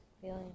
feeling